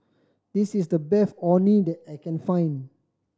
this is the best Orh Nee that I can find